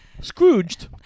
Scrooged